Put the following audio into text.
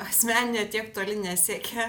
asmeninė tiek toli nesiekia